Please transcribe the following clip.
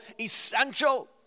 essential